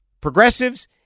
progressives